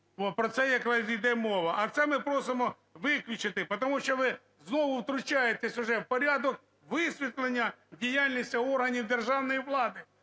Про це якраз йде мова. А це ми просимо виключити, тому що ви знову втручаєтесь уже в порядок висвітлення діяльності органів державної влади.